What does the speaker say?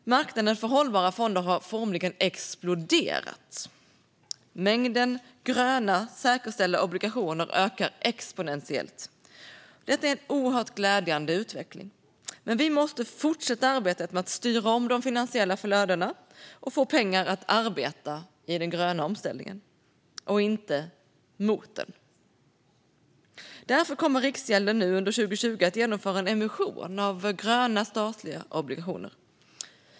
Marknaden för hållbara fonder har formligen exploderat. Mängden gröna säkerställda obligationer ökar exponentiellt. Detta är en oerhört glädjande utveckling. Men vi måste fortsätta arbetet med att styra om de finansiella flödena och få pengarna att arbeta för den gröna omställningen, inte mot den. Därför kommer Riksgälden under 2020 att genomföra en emission av gröna statliga obligationer.